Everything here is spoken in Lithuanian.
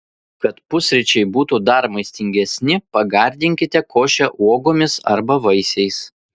kad pusryčiai būtų dar maistingesni pagardinkite košę uogomis arba vaisiais